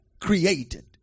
created